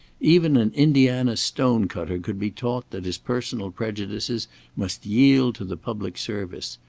even an indiana stone-cutter could be taught that his personal prejudices must yield to the public service.